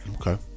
Okay